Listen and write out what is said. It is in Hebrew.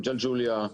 ג'לג'וליה,